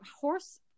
horse